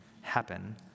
happen